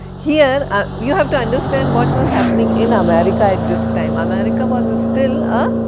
here ah you have to understand what was happening in america at this time? america was still a